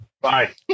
Bye